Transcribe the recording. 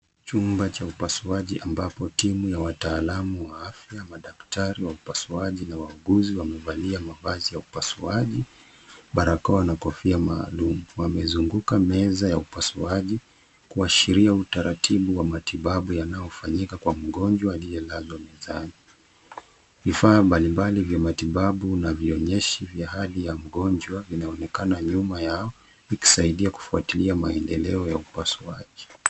Chumba cha upasuaji ambapo timu ya wataalamu wa afya, madaktari wa upasuaji na wauguzi wamevalia mavazi ya upasuaji, barakoa na kofia maalum. Wamezunguka meza ya upasuaji kuashiria utaratibu wa matibabu yanayofanyika kwa mgonjwa aliyelala mezani. Vifaa mbali mbali vya matibabu na vionyeshi vya hali ya mgonjwa inaonekana nyuma yao ikisaidia kufuatilia maendeleo ya upasuaji.